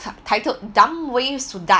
titled dumb ways to die